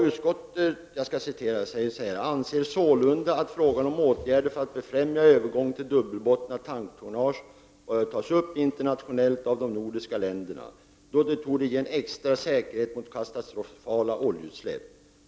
Utskottet har uttalat följande: ”Utskottet anser sålunda att frågan om åtgärder för att befrämja övergång till dubbelbottnat tanktonnage bör tas upp internationellt av de nordiska länderna, då det torde ge en extra säkerhet mot katastrofala oljeutsläpp.